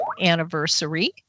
anniversary